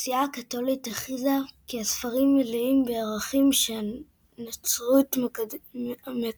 הכנסייה הקתולית הכריזה כי הספרים מלאים בערכים שהנצרות מקדשת,